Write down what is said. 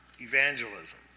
evangelism